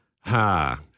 Ha